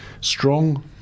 strong